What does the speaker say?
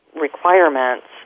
requirements